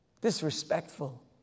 Disrespectful